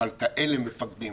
אבל כאלה מפקדים,